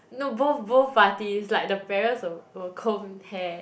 no both both parties like the parents will comb hair